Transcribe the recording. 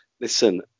Listen